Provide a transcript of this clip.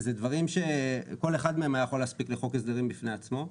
זה דברים שכל אחד מהם היה יכול להספיק לחוק הסדרים בפני עצמו.